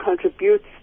contributes